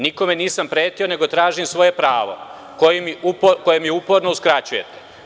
Nikome nisam pretio nego tražim svoje pravo koje mi uporo uskraćujete.